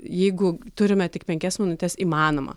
jeigu turime tik penkias minutes įmanoma